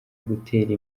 gutera